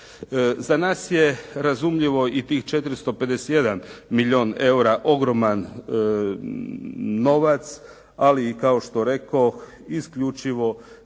Za nas je razumljivo i tih 451 milijun eura ogroman novac, ali i kao što rekoh isključivo